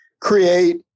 create